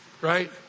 Right